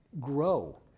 grow